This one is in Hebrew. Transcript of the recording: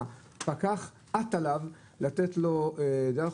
והפקח עט עליו לתת לו דוח,